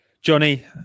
Johnny